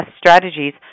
strategies